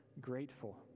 grateful